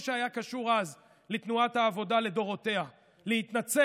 שהיה קשור אז לתנועת העבודה לדורותיה להתנצל,